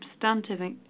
substantive